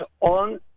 on